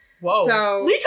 whoa